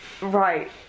Right